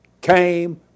came